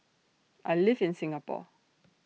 I live in Singapore